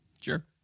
Sure